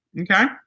Okay